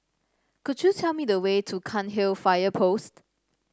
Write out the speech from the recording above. could you tell me the way to Cairnhill Fire Post